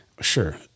Sure